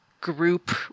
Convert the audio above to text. group